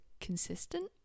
consistent